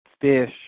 fish